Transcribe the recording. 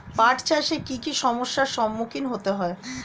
পাঠ চাষে কী কী সমস্যার সম্মুখীন হতে হয়?